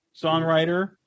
songwriter